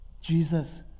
jesus